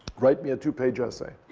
write me a two-page essay.